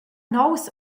nouvs